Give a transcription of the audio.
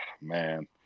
man